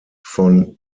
von